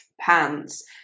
Pants